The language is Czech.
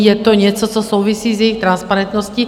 Je to něco, co souvisí s jejich transparentností.